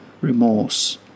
remorse